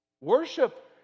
Worship